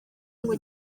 ngo